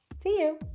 see you.